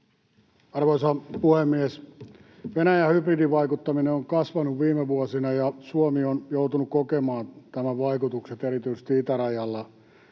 Arvoisa puhemies! Venäjän hybridivaikuttaminen on kasvanut viime vuosina, ja Suomi on joutunut kokemaan tämän vaikutukset erityisesti itärajalla.